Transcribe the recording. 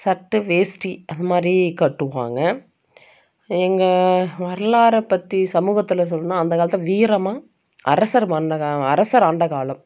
சட்டை வேஷ்ட்டி அது மாதிரி கட்டுவாங்க எங்கள் வரலாறை பற்றி சமூகத்தில் சொன்னால் அந்த காலத்தில் வீரமாக அரசர் மன்னக அரசர் ஆண்ட காலம்